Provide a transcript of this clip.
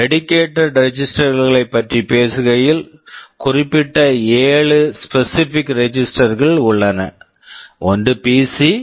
dedicated registers dedicated registers களைப் பற்றி பேசுகையில் குறிப்பிட்ட 7 ஸ்பெசிபிக் ரெஜிஸ்டெர்ஸ் specific registers கள் உள்ளன ஒன்று பிசி PC